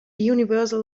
universal